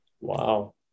Wow